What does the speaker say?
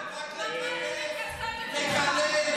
מזרחית מרוקאית.